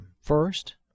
First